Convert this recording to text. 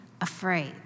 afraid